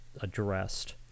addressed